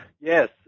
Yes